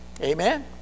Amen